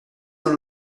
dans